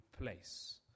place